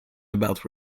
about